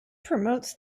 promotes